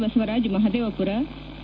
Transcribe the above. Basavaraj Mahadevapura K